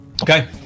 Okay